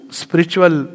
spiritual